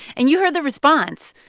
and you heard their response.